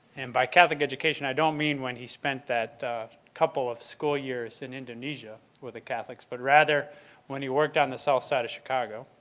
and by catholic education, i don't mean when he spent that couple of school years in indonesia with the catholics, but rather when he worked on the southside of chicago,